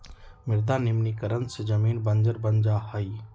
मृदा निम्नीकरण से जमीन बंजर बन जा हई